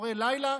ציפורי לילה,